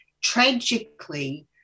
Tragically